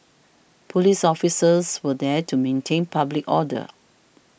police officers were there to maintain public order